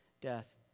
death